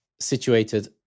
situated